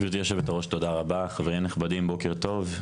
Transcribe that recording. גברתי יו"ר תודה רבה, חבריי הנכבדים בוקר טוב.